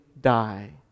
die